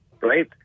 Right